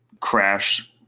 crash